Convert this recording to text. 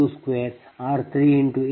020